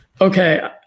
Okay